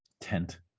tent